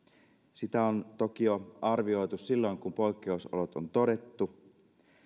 sitä on toki arvioitu jo silloin kun poikkeusolot on todettu